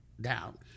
down